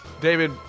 David